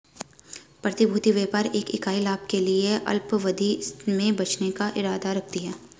प्रतिभूति व्यापार एक इकाई लाभ के लिए अल्पावधि में बेचने का इरादा रखती है